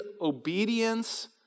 obedience